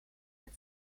met